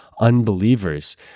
unbelievers